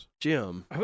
Jim